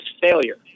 failure